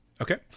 Okay